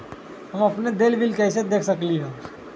हम अपन देल बिल कैसे देख सकली ह?